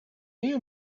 you